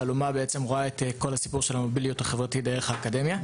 כך שאלומה רואה את כל הסיפור של המוביליות החברתית דרך האקדמיה,